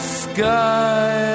sky